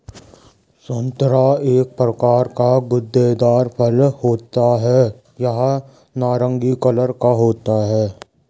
संतरा एक प्रकार का गूदेदार फल होता है यह नारंगी कलर का होता है